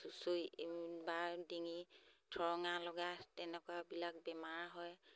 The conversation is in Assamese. চুচুৰি বা ডিঙি ঠৰঙা লগা তেনেকুৱাবিলাক বেমাৰ হয়